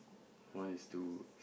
one is two